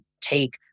take